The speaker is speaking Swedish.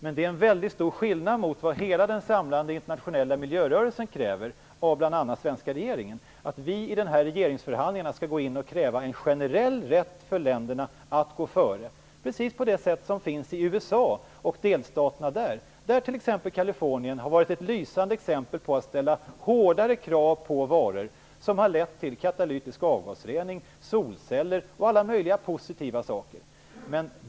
Men det är ändå en väldig skillnad i jämförelse med vad hela den samlade internationella miljörörelsen kräver av bl.a. den svenska regeringen, nämligen att vi i regeringsförhandlingarna skall kräva en generell rätt för länderna att gå före, precis på det sätt som delstaterna i USA kan göra. Kalifornien har varit ett lysande exempel på detta. Där har man ställt hårdare krav på varor, vilket har lett till katalytisk avgasrening, solceller och alla möjliga positiva saker.